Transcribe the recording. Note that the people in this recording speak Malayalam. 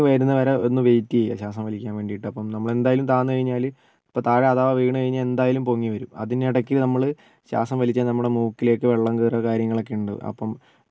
പൊങ്ങി വരുന്ന വരെ ഒന്ന് വെയ്റ്റ് ചെയ്യുക ശ്വാസം വലിക്കാൻ വേണ്ടീട്ട് അപ്പോൾ നമ്മളെന്തായാലും താന്ന് കഴിഞ്ഞാൽ ഇപ്പം താഴെ അധവാ വീണ് കഴിഞ്ഞാൽ എന്തായാലും പൊങ്ങി വരും അതിനിടക്ക് നമ്മൾ ശ്വാസം വലിച്ചാൽ നമ്മുടെ മൂക്കിലേക്ക് വെള്ളം കയറുവോ കാര്യങ്ങളൊക്കെ ഉണ്ട് അപ്പം